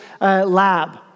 lab